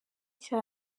cya